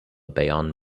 bayonne